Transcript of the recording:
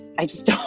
i just.